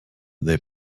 they